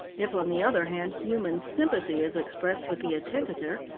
if, on the other hand, human sympathy is expressed with the attentater,